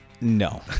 No